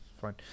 Fine